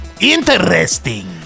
interesting